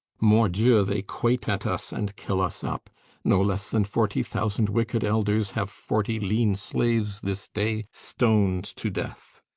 mordieu, they quait at us, and kill us up no less than forty thousand wicked elders have forty lean slaves this day stoned to death.